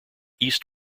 east